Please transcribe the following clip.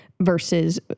versus